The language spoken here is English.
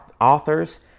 authors